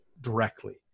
directly